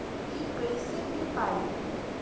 इ कईसे मिल पाई?